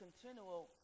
continual